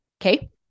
Okay